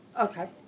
Okay